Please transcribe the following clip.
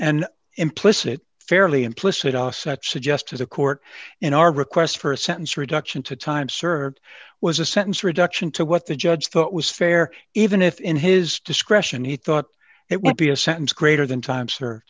and implicit fairly implicit are such suggest as a court in our request for a sentence reduction to time served was a sentence reduction to what the judge thought was fair even if in his discretion he thought it would be a sentence greater than time s